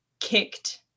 kicked